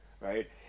right